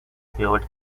favored